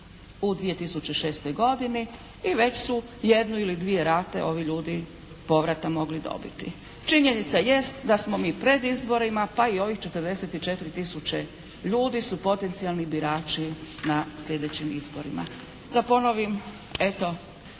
u 2006. godini i već su jednu ili dvije rate ovi ljudi povrata mogli dobiti. Činjenica jest da smo mi pred izborima pa i ovih 44 tisuće ljudi su potencijalni birači na sljedećim izborima. Da ponovim eto